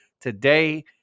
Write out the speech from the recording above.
today